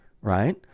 right